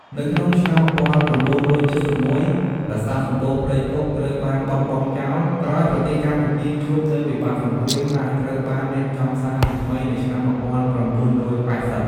នៅក្នុងឆ្នាំ១៩៧១ ប្រាសាទសំបូរព្រៃគុកត្រូវបានបោះបង់ចោល ក្រោយប្រទេសកម្ពុជាជួបនូវវិបត្តិសង្រ្គាម ហើយត្រូវបានរៀបចំសារជាថ្មីនៅឆ្នាំ១៩៨០។